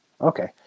Okay